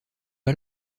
pas